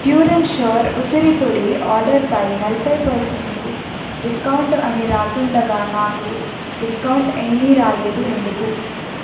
pure and sure ఉసిరి పొడి ఆడర్పై నలభై పసెంటు డిస్కౌంట్ అని రాసుండగా నాకు డిస్కౌంట్ ఏమీ రాలేదు ఎందుకు